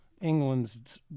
england's